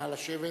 נא לשבת.